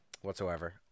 whatsoever